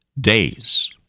days